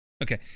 Okay